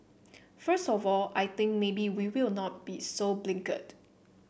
first of all I think maybe we will not be so blinkered